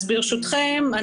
ברשותכם,